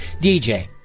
DJ